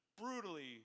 brutally